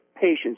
patients